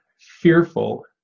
fearful